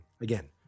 Again